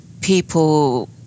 people